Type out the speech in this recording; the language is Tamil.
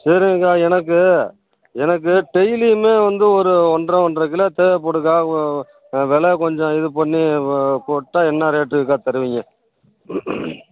சரிங்க்கா எனக்கு எனக்கு டெய்லியும் வந்து ஒரு ஒன்றரை ஒன்றரை கிலோ தேவைப்படுங்க்கா விலை கொஞ்சம் இது பண்ணி போட்டால் என்ன ரேட்டுக்கா தருவீங்க